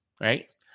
right